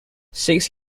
six